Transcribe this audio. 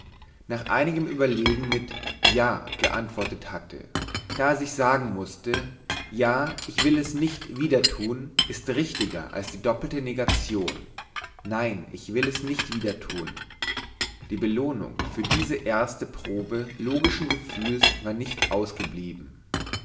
nach einigem überlegen mit ja geantwortet hatte da er sich sagen mußte ja ich will es nicht wieder tun ist richtiger als die doppelte negation nein ich will es nicht wieder tun die belohnung für diese erste probe logischen gefühls war nicht ausgeblieben